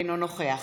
אינו נוכח